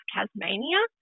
Tasmania